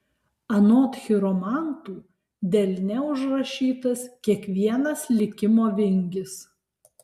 anot chiromantų delne užrašytas kiekvienas likimo vingis